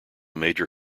major